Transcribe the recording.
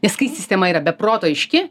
nes kai sistema yra be proto aiški